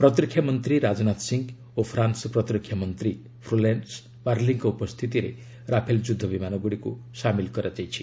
ପ୍ରତିରକ୍ଷାମନ୍ତ୍ରୀ ରାଜନାଥ ସିଂ ଓ ଫ୍ରାନ୍ନ ପ୍ରତିରକ୍ଷା ମନ୍ତ୍ରୀ ଫ୍ଲୋରେନ୍ସ ପାର୍ଲିଙ୍କ ଉପସ୍ଥିତିରେ ରାଫେଲ ଯୁଦ୍ଧ ବିମାନଗୁଡ଼ିକୁ ସାମିଲ କରାଯାଇଛି